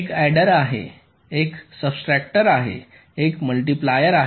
एक अडेर आहे एक सब्सट्रेक्टर आहे एक मल्टिप्लायर आहे